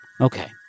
Okay